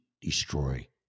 destroy